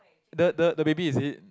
the the the baby is it